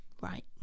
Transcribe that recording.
right